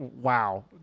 wow